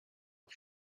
auf